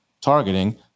targeting